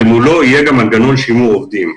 אל מולו יהיה גם מנגנון שימור עובדים.